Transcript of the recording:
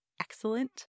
excellent